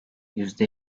yüzde